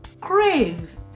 crave